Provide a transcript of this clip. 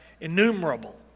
innumerable